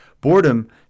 boredom